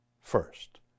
first